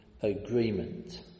agreement